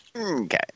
Okay